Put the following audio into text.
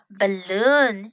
balloon